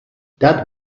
that